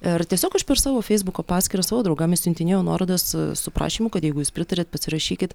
ir tiesiog aš per savo feisbuko paskyrą savo draugam išsiuntinėjau nuorodas su prašymu kad jeigu jūs pritariat pasirašykit